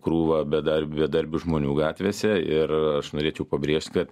krūva bedar bedarbių žmonių gatvėse ir aš norėčiau pabrėžt kad